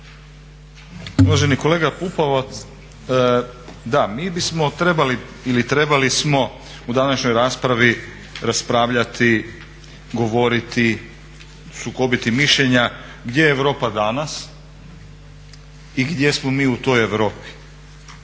Uvaženi kolega Pupovac, da, mi bismo trebali ili trebali smo u današnjoj raspravi raspravljati, govoriti, sukobiti mišljenja gdje je Europa danas i gdje smo mi u toj Europi.